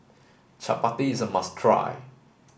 Chapati is a must try